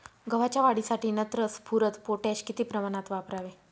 गव्हाच्या वाढीसाठी नत्र, स्फुरद, पोटॅश किती प्रमाणात वापरावे?